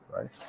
right